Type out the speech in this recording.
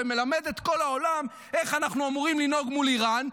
ומלמד את כל העולם איך אנחנו אמורים לנהוג מול איראן,